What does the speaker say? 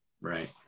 Right